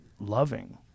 loving